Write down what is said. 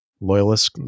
loyalists